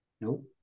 Nope